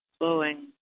flowing